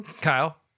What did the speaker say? Kyle